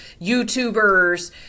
youtubers